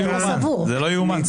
חבר הכנסת בוארון, אנחנו לא מפריעים.